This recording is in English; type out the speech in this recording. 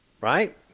right